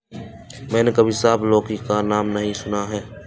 मैंने कभी सांप लौकी का नाम नहीं सुना है